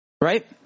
right